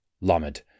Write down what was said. Lamed